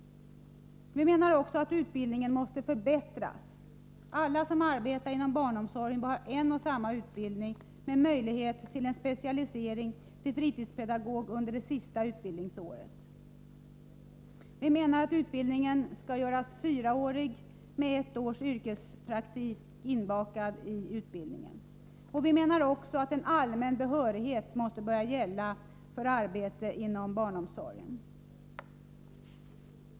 Vi menar också att utbildningen måste förbättras. Alla som arbetar inom barnomsorgen bör ha en och samma utbildning, och med möjlighet till en specialisering till fritidspedagog under det sista utbildningsåret. Utbildningen bör göras fyraårig och skall innehålla ett års yrkespraktik. Vpk anser vidare att en allmän behörighet måste börja gälla för arbete inom barnomsorgen.